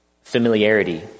familiarity